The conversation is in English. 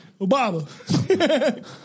Obama